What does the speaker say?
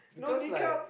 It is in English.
no they can't